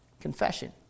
Confession